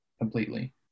completely